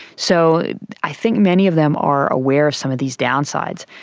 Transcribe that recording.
so i think many of them are aware of some of these downsides,